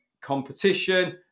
competition